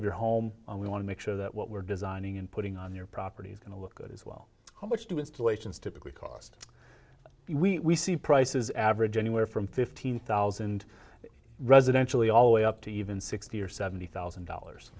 of your home we want to make sure that what we're designing and putting on your property is going to look good as well how much do installations typically cost we see prices average anywhere from fifteen thousand residentially all way up to even sixty or seventy thousand dollars